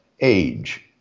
age